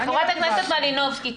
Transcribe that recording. חברת הכנסת מלינובסקי,